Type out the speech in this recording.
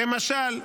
כמשל,